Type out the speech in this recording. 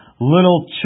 little